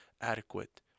adequate